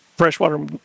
freshwater